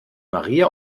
maria